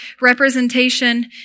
representation